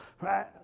Right